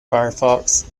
firefox